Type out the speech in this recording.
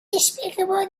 despicable